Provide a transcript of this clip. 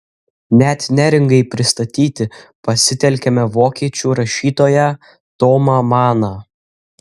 net neringai pristatyti pasitelkiame vokiečių rašytoją tomą maną